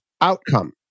outcome